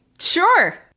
Sure